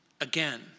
again